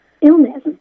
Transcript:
illness